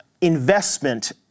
investment